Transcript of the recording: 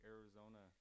Arizona